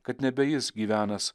kad nebe jis gyvenąs